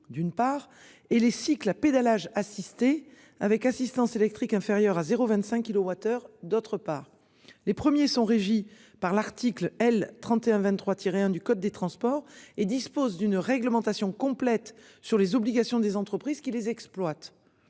d'une part et les cycles à pédalage assisté avec assistance électrique inférieure à 0 25 kW/h d'autre part, les premiers sont régies par l'article L. 31 23 tirer 1 du code des transports et dispose d'une réglementation complète sur les obligations des entreprises qui les exploitent.